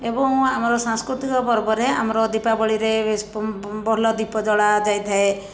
ଏବଂ ଆମର ସାଂସ୍କୃତିକ ପର୍ବରେ ଆମର ଦୀପାବଳିରେ ଏସ ପ ପ ଭଲ ଦୀପ ଜଳା ଯାଇଥାଏ